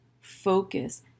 focus